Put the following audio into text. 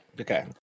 Okay